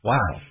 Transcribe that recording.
Wow